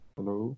Hello